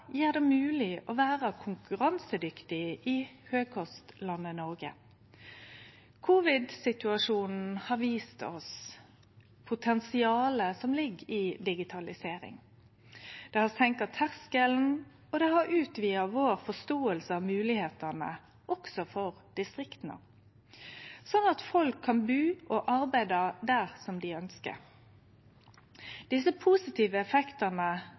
gjer det mogeleg å vere konkurransedyktig i høgkostlandet Noreg. Covid-situasjonen har vist oss potensialet som ligg i digitalisering. Vi har seinka terskelen, og det har utvida forståinga vår av moglegheitene også for distrikta, slik at folk kan bu og arbeide der dei ønskjer. Desse positive effektane